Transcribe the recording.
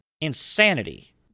insanity